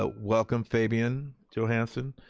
ah welcome fabian johansson,